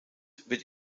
wird